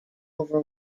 over